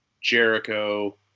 Jericho